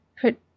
put